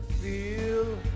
feel